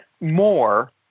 more